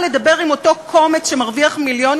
למה לדבר עם אותו קומץ שמרוויח מיליונים